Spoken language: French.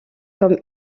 comme